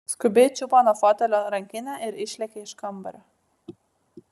skubiai čiupo nuo fotelio rankinę ir išlėkė iš kambario